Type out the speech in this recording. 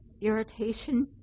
irritation